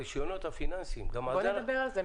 הרישיונות הפיננסיים --- בוא נדבר על זה.